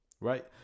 Right